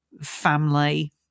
family